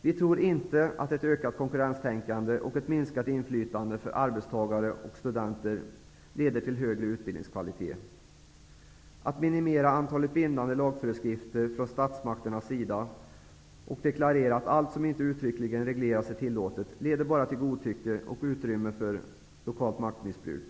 Vi tror inte att ett ökat konkurrenstänkande och ett minskat inflytande för arbetstagare och studenter leder till högre utbildningskvalitet. Att minimera antalet bindande lagföreskrifter från statsmakternas sida och att deklarera att allt som inte uttryckligen regleras är tillåtet leder bara till godtycke och ger utrymme för lokalt maktmissbruk.